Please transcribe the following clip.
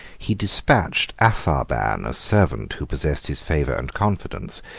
he despatched apharban, a servant who possessed his favor and confidence,